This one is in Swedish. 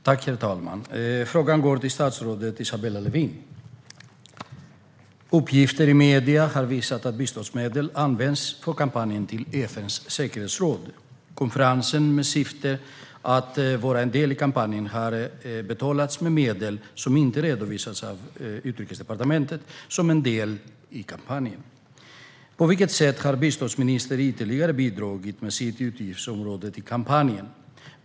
Herr talman! Frågan går till statsrådet Isabella Lövin. Uppgifter i medierna har visat att biståndsmedel har använts till Sveriges kampanj för en plats i FN:s säkerhetsråd. Konferenser vars syfte har varit att vara en del i kampanjen har betalats med medel som inte har redovisats av Utrikesdepartementet. På vilket sätt har biståndsministern ytterligare bidragit från sitt utgiftsområde till kampanjen?